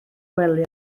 gwely